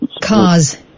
Cars